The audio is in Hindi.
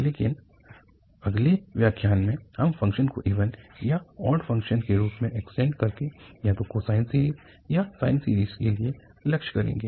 लेकिन अगले व्याख्यान में हम फ़ंक्शन को इवन या ऑड फ़ंक्शन के रूप में एक्सटेंड करके या तो कोसाइन सीरीज़ या साइन सीरीज़ के लिए लक्ष्य करेंगे